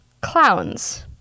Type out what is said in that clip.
clowns